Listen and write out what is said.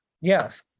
Yes